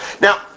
Now